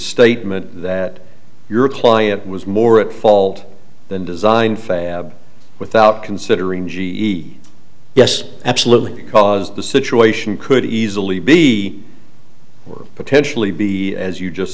statement that your client was more at fault than design fab without considering g e yes absolutely because the situation could easily be or potentially be as you just